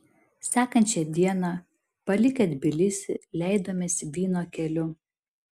sekančią dieną palikę tbilisį leidomės vyno keliu